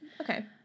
Okay